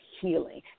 healing